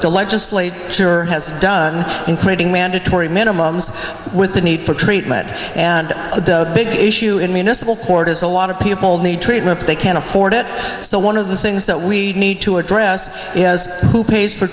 the legislate sure has done in creating mandatory minimums with the need for treatment and the big issue in municipal court is a lot of people need treatment they can't afford it so one of the things that we need to address is who pays for